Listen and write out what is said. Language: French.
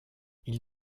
ils